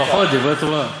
לפחות דברי תורה.